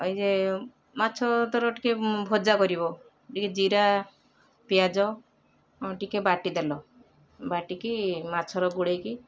ଏଇ ଯିଏ ମାଛ ଧର ଟିକେ ଭଜା କରିବ ଟିକେ ଜିରା ପିଆଜ ଟିକେ ବାଟିଦେଲ ବାଟିକି ମାଛର ଗୋଳେଇକି